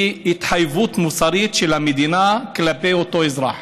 היא התחייבות מוסרית של המדינה כלפי אותו אזרח.